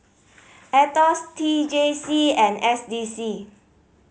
Aetos T J C and S D C